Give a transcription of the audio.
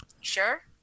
Sure